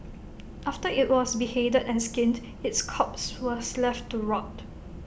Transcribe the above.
after IT was beheaded and skinned its corpse was left to rot